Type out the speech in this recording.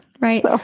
Right